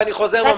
ואני חוזר ואומר,